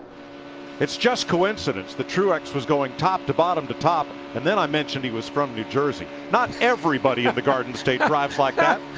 it's just coincidence, truex was going top to bottom to top. and then i mentioned he was from new jersey. not everybody in the garden state drives like that.